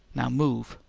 now move!